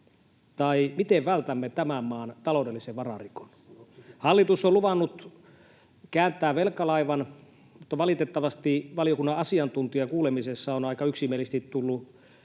tai miten vältämme tämän maan taloudellisen vararikon. Hallitus on luvannut kääntää velkalaivan, mutta valitettavasti valiokunnan asiantuntijakuulemisessa on aika yksimielisesti tullut